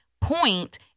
point